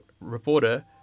reporter